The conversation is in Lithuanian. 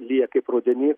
lyja kaip rudenį